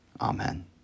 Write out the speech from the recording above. Amen